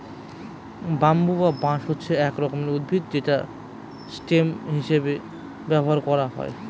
bamboo বা বাঁশ হচ্ছে এক রকমের উদ্ভিদ যেটা স্টেম হিসেবে ব্যবহার করা হয়